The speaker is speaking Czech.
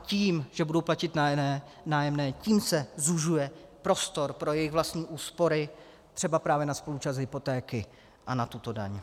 Tím, že budou platit nájemné, tím se zužuje prostor pro jejich vlastní úspory třeba právě na spoluúčast hypotéky a na tuto daň.